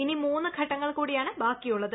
ഇനി മൂന്ന് ഘട്ടങ്ങൾ കൂടിയാണ് ബാക്കിയുള്ളത്